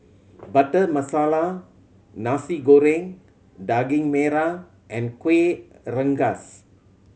Butter Masala Nasi Goreng Daging Merah and Kueh Rengas